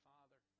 Father